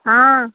ହଁ